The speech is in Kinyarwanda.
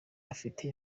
afite